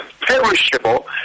perishable